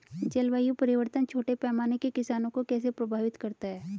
जलवायु परिवर्तन छोटे पैमाने के किसानों को कैसे प्रभावित करता है?